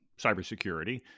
cybersecurity